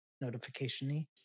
notification-y